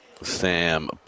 Sam